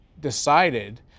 decided